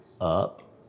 up